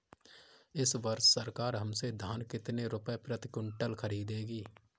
इस वर्ष सरकार हमसे धान कितने रुपए प्रति क्विंटल खरीदेगी?